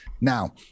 Now